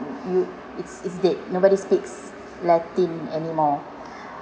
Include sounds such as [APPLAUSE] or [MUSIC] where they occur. you it's it's dead nobody speaks latin anymore [BREATH]